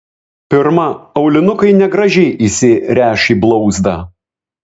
pirma aulinukai negražiai įsiręš į blauzdą